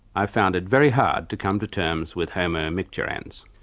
i found it very hard to come to terms with homo micturans.